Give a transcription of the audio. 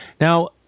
Now